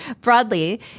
broadly